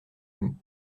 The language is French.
nous